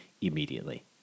immediately